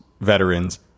veterans